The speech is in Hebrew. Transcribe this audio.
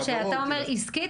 כשאתה אומר עסקית,